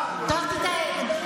אנחנו מצביעים בעד,